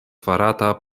farata